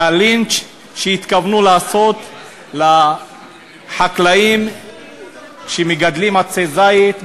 הלינץ' שהתכוונו לעשות לחקלאים שמגדלים עצי זית,